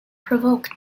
provoked